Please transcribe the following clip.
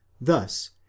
thus